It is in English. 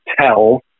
tell